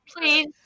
Please